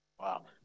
Wow